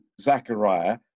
Zachariah